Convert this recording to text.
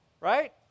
Right